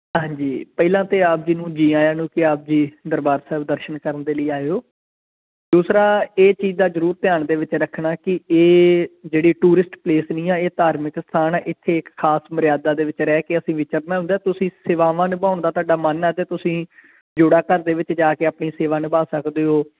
ਹਾਂਜੀ ਪਹਿਲਾਂ ਤਾਂ ਆਪ ਜੀ ਨੂੰ ਜੀ ਆਇਆਂ ਨੂੰ ਕਿ ਆਪ ਜੀ ਦਰਬਾਰ ਸਾਹਿਬ ਦਰਸ਼ਨ ਕਰਨ ਦੇ ਲਈ ਆਏ ਹੋ ਦੂਸਰਾ ਇਹ ਚੀਜ਼ ਦਾ ਜ਼ਰੂਰ ਧਿਆਨ ਦੇ ਵਿੱਚ ਰੱਖਣਾ ਕਿ ਇਹ ਜਿਹੜੀ ਟੂਰਿਸਟ ਪਲੇਸ ਨਹੀਂ ਆ ਇਹ ਧਾਰਮਿਕ ਅਸਥਾਨ ਆ ਇੱਥੇ ਇੱਕ ਖਾਸ ਮਰਿਆਦਾ ਦੇ ਵਿੱਚ ਰਹਿ ਕੇ ਅਸੀਂ ਵਿਚਰਨਾ ਹੁੰਦਾ ਤੁਸੀਂ ਸੇਵਾਵਾਂ ਨਿਭਾਉਣ ਦਾ ਤੁਹਾਡਾ ਮਨ ਆ ਤਾਂ ਤੁਸੀਂ ਜੋੜਾ ਘਰ ਦੇ ਵਿੱਚ ਜਾ ਕੇ ਆਪਣੀ ਸੇਵਾ ਨਿਭਾ ਸਕਦੇ ਹੋ